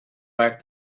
back